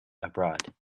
abroad